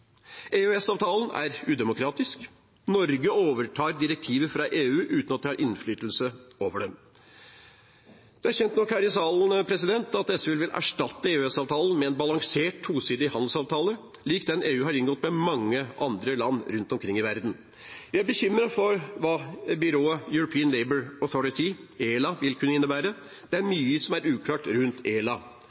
er udemokratisk. Norge overtar direktiver fra EU uten at vi har innflytelse på dem. Det er kjent nok her i salen at SV vil erstatte EØS-avtalen med en balansert tosidig handelsavtale, lik den EU har inngått med mange andre land rundt omkring i verden. Vi er bekymret for hva byrået European Labour Authority, ELA, vil kunne innebære – det er mye som er uklart rundt ELA.